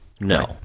No